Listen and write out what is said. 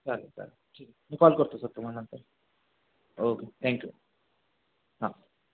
चालेल चालेल ठीक आहे मी कॉल करतो सर तुम्हाला नंतर ओके थँक्यू हां